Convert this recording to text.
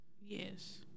Yes